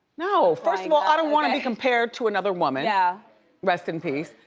no, first of all, i don't wanna be compared to another woman, yeah rest in peace.